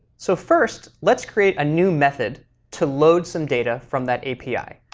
so first let's create a new method to load some data from that api.